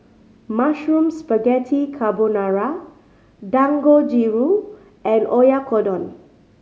Mushroom Spaghetti Carbonara Dangojiru and Oyakodon